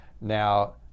Now